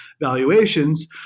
valuations